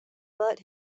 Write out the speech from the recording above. but